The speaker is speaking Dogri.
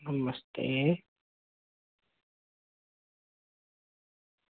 नमस्ते